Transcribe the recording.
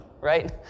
right